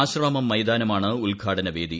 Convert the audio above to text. ആശ്രാമം മൈതാനമാണ് ഉദ്ഘാടനവേദി